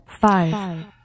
Five